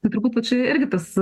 tai turbūt va čia irgi tas